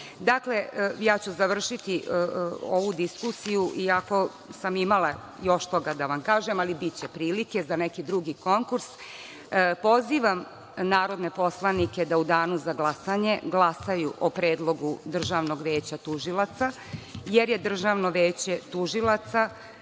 ja ću završiti ovu diskusiju, iako sam imala još toga da vam kažem, ali biće prilike za neki drugi konkurs. Pozivam narodne poslanike da u Danu za glasanje glasaju o predlogu Državnog veća tužilaca, jer je Državno veće tužilaca